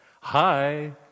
hi